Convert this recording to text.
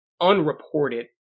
unreported